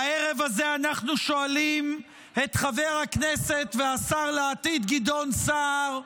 הערב הזה אנחנו שואלים את חבר הכנסת והשר לעתיד גדעון סער: